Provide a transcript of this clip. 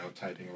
typing